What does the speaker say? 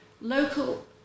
local